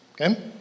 Okay